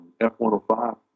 F-105